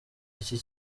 iki